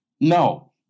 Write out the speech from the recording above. No